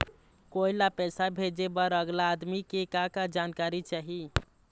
कोई ला पैसा भेजे बर अगला आदमी के का का जानकारी चाही?